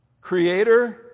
creator